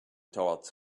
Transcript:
towards